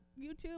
YouTube